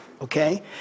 Okay